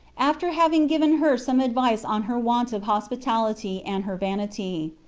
after having given her some advice on her want of hospitality and her vanity.